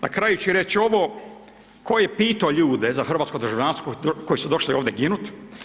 Na kraju ću reći ovo, tko je pitao ljude za hrvatsko državljanstvo koji su došli ovdje ginuti.